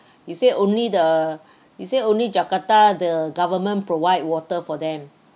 you said only the you said only jakarta the government provide water for them